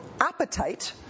appetite